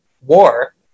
war